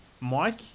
Mike